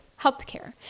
healthcare